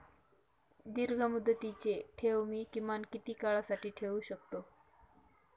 दीर्घमुदतीचे ठेव मी किमान किती काळासाठी ठेवू शकतो?